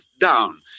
down